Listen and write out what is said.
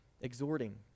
exhorting